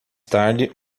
tarde